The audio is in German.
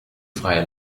freie